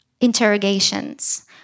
interrogations